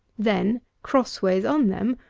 then, crossways on them,